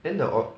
then the